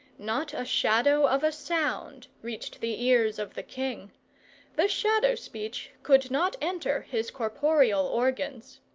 not a shadow of a sound reached the ears of the king the shadow-speech could not enter his corporeal organs.